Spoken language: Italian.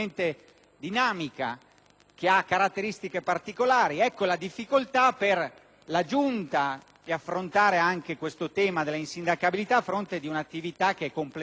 con caratteristiche particolari. Ecco la difficoltà per la Giunta di affrontare anche questo tema della insindacabilità a fronte di una attività completamente mutata nel tempo.